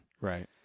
Right